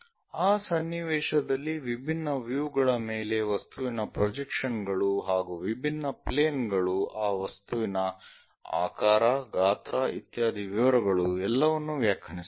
ಆ ಸನ್ನಿವೇಶದಲ್ಲಿ ವಿಭಿನ್ನ ವ್ಯೂ ಗಳ ಮೇಲೆ ವಸ್ತುವಿನ ಪ್ರೊಜೆಕ್ಷನ್ ಗಳು ಹಾಗೂ ವಿಭಿನ್ನ ಪ್ಲೇನ್ ಗಳು ಆ ವಸ್ತುವಿನ ಆಕಾರ ಗಾತ್ರ ಇತ್ಯಾದಿ ವಿವರಗಳು ಎಲ್ಲವನ್ನೂ ವ್ಯಾಖ್ಯಾನಿಸುತ್ತವೆ